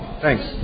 Thanks